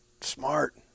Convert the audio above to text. Smart